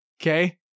Okay